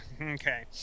Okay